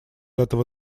этого